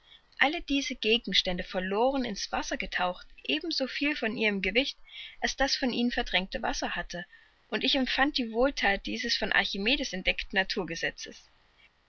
alle diese gegenstände verloren in's wasser getaucht eben so viel von ihrem gewicht als das von ihnen verdrängte wasser hatte und ich empfand die wohlthat dieses von archimedes entdeckten naturgesetzes